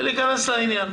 ולהיכנס לעניין.